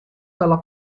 dalla